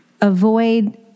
avoid